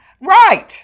Right